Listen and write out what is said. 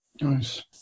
Nice